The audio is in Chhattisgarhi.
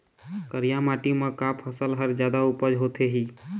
करिया माटी म का फसल हर जादा उपज होथे ही?